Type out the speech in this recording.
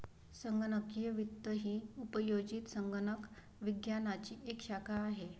संगणकीय वित्त ही उपयोजित संगणक विज्ञानाची एक शाखा आहे